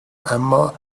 اما